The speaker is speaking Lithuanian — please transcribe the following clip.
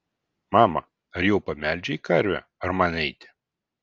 mama ar jau pamelžei karvę ar man eiti